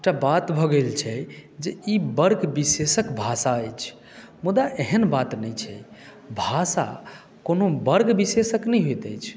एकटा बात भऽ गेल छै जे ई वर्ग विशेषक भाषा अछि मुदा एहेन बात नहि छै भाषा कोनो वर्ग विशेषक नहि होइत अछि